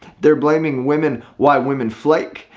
they're blaming women, why women flake,